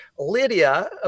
Lydia